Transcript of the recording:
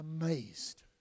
amazed